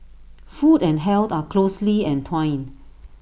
food and health are closely entwined